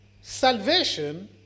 salvation